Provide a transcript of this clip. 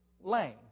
Lane